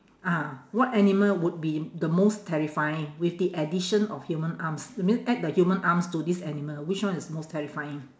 ah what animal would be the most terrifying with the addition of human arms that mean add the human arms to this animal which one is most terrifying